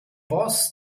boss